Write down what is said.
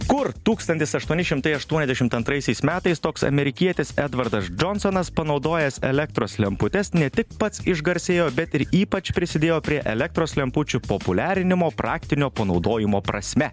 kur tūkstantis aštuoni šimtai aštuoniasdešimt antraisiais metais toks amerikietis edvardas džonsonas panaudojęs elektros lemputes ne tik pats išgarsėjo bet ir ypač prisidėjo prie elektros lempučių populiarinimo praktinio panaudojimo prasme